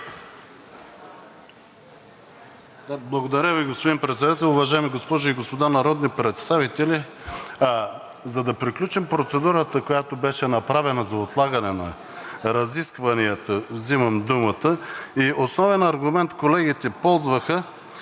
Благодаря Ви, господин Председател. Уважаеми госпожи и господа народни представители! За да приключим процедурата, която беше направена за отлагане на разискванията, взимам думата. И основен аргумент колегите ползваха,